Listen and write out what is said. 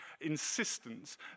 insistence